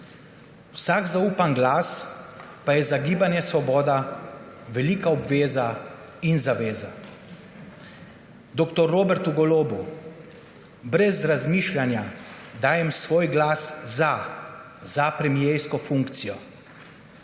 Vsak zaupan glas pa je za Gibanje Svoboda velika obveza in zaveza. Dr. Robertu Golobu brez razmišljanja dajem svoj glas za, za premiersko funkcijo.